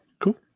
Cool